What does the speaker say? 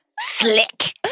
Slick